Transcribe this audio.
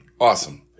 Awesome